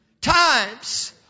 times